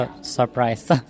surprise